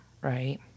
right